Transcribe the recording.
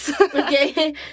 Okay